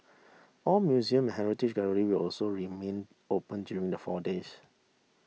all museum heritage gallery will also remain open during the four days